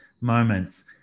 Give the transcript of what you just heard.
moments